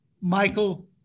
Michael